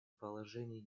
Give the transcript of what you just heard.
положении